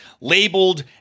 labeled